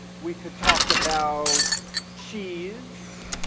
we could talk about cheese,